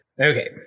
Okay